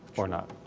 or not?